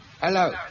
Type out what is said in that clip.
Hello